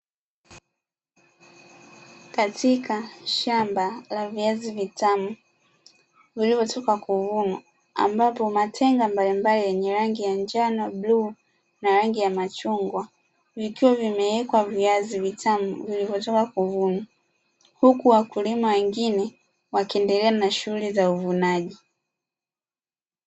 Katika shamba la viazi vitamu vilivyotoka kuvunwa, ambapo matenga mbalimbali yenye rangi ya njano, bluu na rangi ya machungwa vikiwa vimewekwa viazi vitamu vilivyotoka kuvunwa; huku wakulima wengine wakiendelea na shughuli za uvunaji.